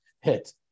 hit